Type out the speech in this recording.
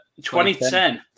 2010